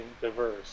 diverse